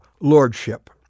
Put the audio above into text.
lordship